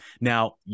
Now